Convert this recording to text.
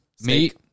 meat